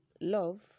love